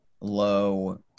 low